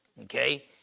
okay